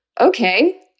Okay